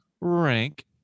rank